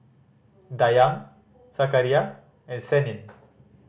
Dayang Zakaria and Senin